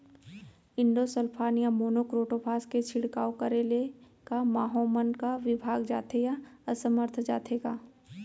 Endosulfan या monocrotophos के छिड़काव करे ले क माहो मन का विभाग जाथे या असमर्थ जाथे का?